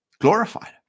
glorified